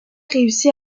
réussit